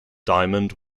diamond